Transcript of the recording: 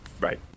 Right